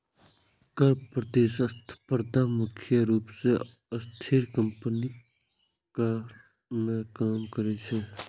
कर प्रतिस्पर्धा मुख्य रूप सं अस्थिर कंपनीक कर कें कम करै छै